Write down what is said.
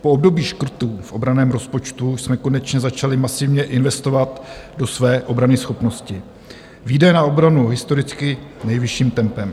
Po období škrtů v obranném rozpočtu jsme konečně začali masivně investovat do své obranyschopnosti výdaje na obranu historicky nejvyšším tempem.